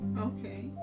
okay